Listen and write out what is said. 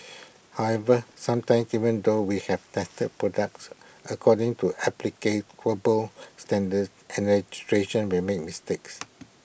however sometimes even though we have tested products according to applicable standards and legislation we make mistakes